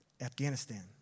Afghanistan